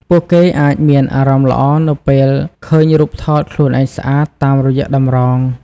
ពួកគេអាចមានអារម្មណ៍ល្អនៅពេលឃើញរូបថតខ្លួនឯងស្អាតតាមរយៈតម្រង។